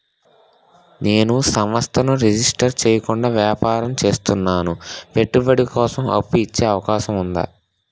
నేను సంస్థను రిజిస్టర్ చేయకుండా వ్యాపారం చేస్తున్నాను పెట్టుబడి కోసం అప్పు ఇచ్చే అవకాశం ఉందా?